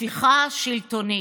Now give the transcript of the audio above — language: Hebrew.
הפיכה שלטונית.